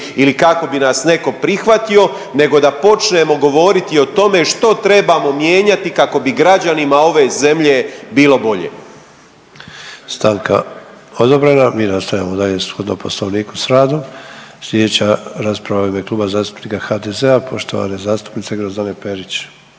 ili kako bi nas neko prihvatio nego da počnemo govoriti o tome što trebamo mijenjati kako bi građanima ove zemlje bilo bolje. **Sanader, Ante (HDZ)** Stanka je odobrena, a mi nastavljamo dalje shodno poslovniku s radom. Slijedeća rasprava je u ime Kluba zastupnika HDZ-a poštovane zastupnice Grozdane Perić.